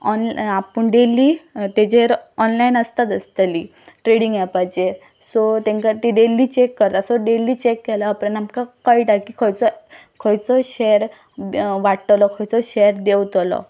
ऑनल आपूण डेली तेजेर ऑनलायन आसताच आसतली ट्रेडींग ऍपाचेर सो तेंकां ती डेली चॅक करता सो डेली चॅक केल्या उपरांत आमकां कळटा की खंयचो खंयचो शॅर वाडटलो खंयचो शॅर देंवतलो